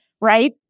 right